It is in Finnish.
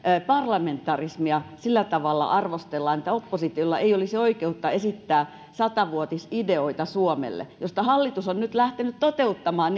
parlamentarismia arvostellaan sillä tavalla että oppositiolla ei olisi oikeutta esittää suomelle sata vuotisideoita joista hallitus on nyt lähtenyt toteuttamaan